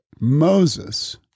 Moses